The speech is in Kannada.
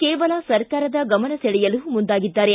ಕೇವಲ ಸರ್ಕಾರದ ಗಮನ ಸೆಳೆಯಲು ಮುಂದಾಗಿದ್ದಾರೆ